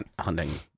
hunting